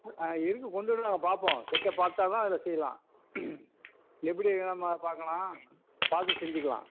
ஆ இருக்குது கொண்டு வந்துடுங்க நாங்கள் பார்ப்போம் செட்டைப் பார்த்தா தான் அதில் செய்யலாம் எப்படி நம்ம பார்க்கலாம் பார்த்துட்டு செஞ்சுக்கிலாம்